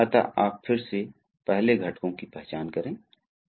लेकिन हम सिलिंडर का उपयोग करके प्रत्यक्ष रैखिक गति भी बना सकते हैं